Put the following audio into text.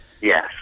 Yes